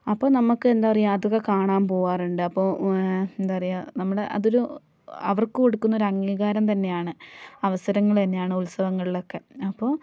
അപ്പോൾ നമുക്ക് എന്താ പറയുക അതൊക്കെ കാണാന് പോകാറുണ്ട് അപ്പോൾ എന്താ പറയുക നമ്മുടെ അതൊരു അവര്ക്ക് കൊടുക്കുന്ന ഒരു അംഗീകാരം തന്നെയാണ് അവസരങ്ങൾ തന്നെയാണ് ഉത്സവങ്ങളിലൊക്കെ അപ്പോൾ